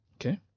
Okay